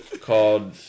called